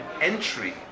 entry